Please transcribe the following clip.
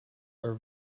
are